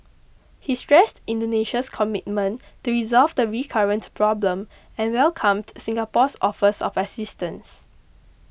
he stressed Indonesia's commitment to resolve the recurrent problem and welcomed Singapore's offers of assistance